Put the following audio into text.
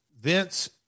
Vince